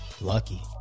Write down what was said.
lucky